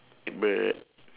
bruh